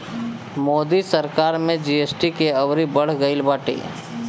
मोदी सरकार में जी.एस.टी के अउरी बढ़ गईल बाटे